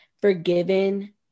forgiven